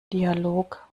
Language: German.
dialog